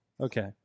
Okay